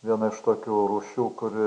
viena iš tokių rūšių kuri